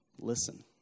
listen